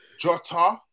Jota